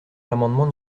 l’amendement